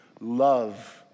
love